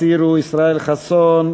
סעיף 34,